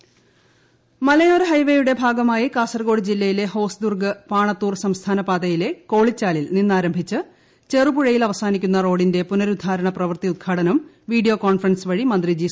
മലയോര ഹൈവേ മലയോര ഹൈവേയുടെ ഭാഗമായി കാസറഗോഡ് ജില്ലയിലെ ഹോസ്ദുർഗ് പാണത്തൂർ സംസ്ഥാന പാതയിലെ കോളിച്ചാലിൽ നിന്ന് ആരംഭിച്ച് ചെറുപുഴയിൽ അവസാനിക്കുന്ന റോഡിന്റെ പുനരുദ്ധാരണ പ്രവൃത്തി ഉദ്ഘ്ട്ട്ടനവും വീഡിയോ കോൺഫ്രൻസ് വഴി മന്ത്രി ജി